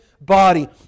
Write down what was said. body